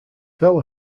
vella